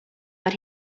but